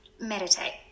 Meditate